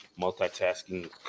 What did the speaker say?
multitasking